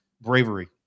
bravery